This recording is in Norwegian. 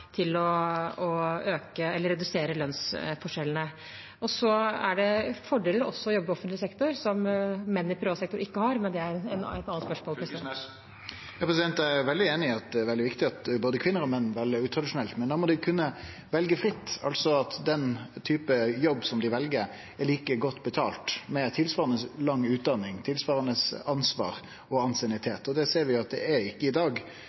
redusere lønnsforskjellene. Så er det også fordeler ved å jobbe i offentlig sektor som menn i privat sektor ikke har, men det er et annet spørsmål. Eg er veldig einig i at det er veldig viktig at både kvinner og menn vel utradisjonelt, men då må dei kunne velje fritt, altså at den typen jobb som dei vel, er like godt betalt, med tilsvarande lang utdanning, tilsvarande ansvar og ansiennitet. Og vi ser at slik er det ikkje i dag.